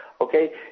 okay